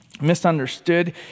misunderstood